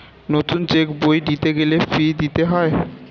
নতুন চেক বই নিতে গেলে ফি দিতে হয়